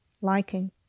liking